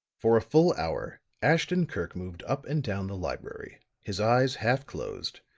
for a full hour, ashton-kirk moved up and down the library, his eyes half closed,